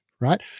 right